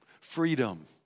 Freedom